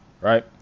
right